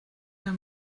nach